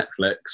netflix